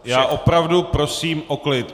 Já opravdu prosím o klid.